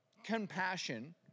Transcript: compassion